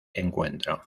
encuentro